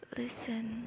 listen